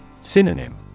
Synonym